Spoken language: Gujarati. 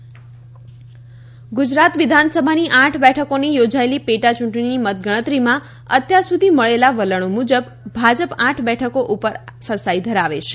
મતગણતરી ગુજરાત ગુજરાત વિધાનસભાની આઠ બેઠકોની યોજાયેલી પેટા યૂંટણીની મતગણતરીમાં અત્યાર સુધી મળેલા વલણી મુજબ ભાજપ આઠ બેઠકો ઉપર સરસાઈ ધરાવે છે